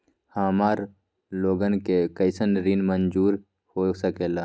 हमार लोगन के कइसन ऋण मंजूर हो सकेला?